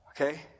Okay